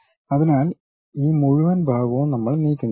അതിനാൽ ഈ മുഴുവൻ ഭാഗവും നമ്മൾ നീക്കംചെയ്യും